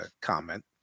comment